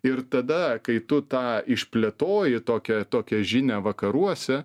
ir tada kai tu tą išplėtoji tokią tokią žinią vakaruose